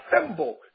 assemble